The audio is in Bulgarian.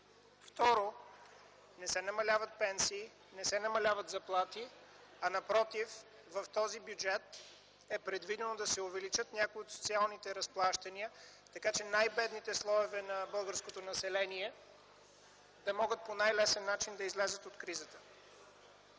Второ, не се намаляват пенсии, не се намалят заплати. А напротив, в този бюджет е предвидено да се увеличат някои от социалните разплащания, така че най-бедните слоеве на българското население да могат по най-лесен начин да излязат от кризата.